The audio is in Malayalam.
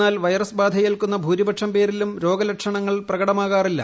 എന്നാൽ വൈറസ് ബ്രാൻയേൽക്കുന്ന ഭൂരിപക്ഷം പേരിലും രോഗലക്ഷണങ്ങൾ പ്രക്ട്മാക്ാറില്ല